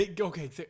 Okay